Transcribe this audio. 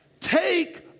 Take